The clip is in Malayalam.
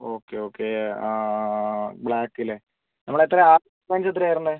ഓക്കെ ഓക്കെ ആ ബ്ലാക്ക് അല്ലേ നമ്മൾ എത്രയാണ് എത്രയാണ് വരുന്നത്